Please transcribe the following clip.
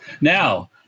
Now